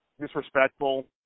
disrespectful